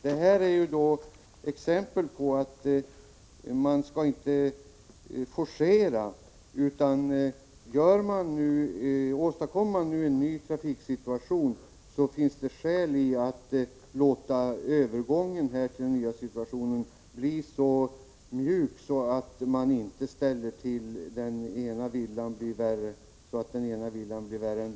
Detta är exempel på att man inte skall forcera. Åstadkommer man en ny trafiksituation finns det skäl att låta övergången till den nya situationen bli mjuk, så att inte den ena villan blir värre än den första, som det heter.